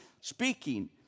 speaking